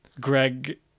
Greg